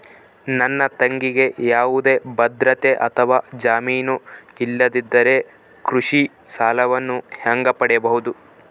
ನನ್ನ ತಂಗಿಗೆ ಯಾವುದೇ ಭದ್ರತೆ ಅಥವಾ ಜಾಮೇನು ಇಲ್ಲದಿದ್ದರೆ ಕೃಷಿ ಸಾಲವನ್ನು ಹೆಂಗ ಪಡಿಬಹುದು?